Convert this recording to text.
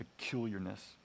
peculiarness